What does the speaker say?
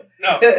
no